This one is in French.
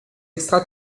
extra